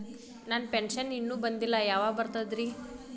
ನನ್ನ ಪೆನ್ಶನ್ ಇನ್ನೂ ಬಂದಿಲ್ಲ ಯಾವಾಗ ಬರ್ತದ್ರಿ?